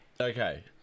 Okay